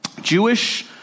Jewish